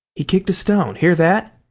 he kicked a stone. hear that,